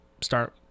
start